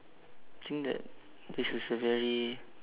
think that this is a very